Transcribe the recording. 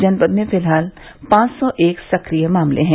जनपद में फिलहाल पांच सौ एक सक्रिय मामले हैं